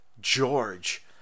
George